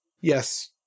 Yes